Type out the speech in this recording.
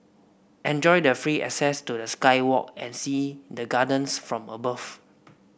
enjoy the free access to the sky walk and see the gardens from above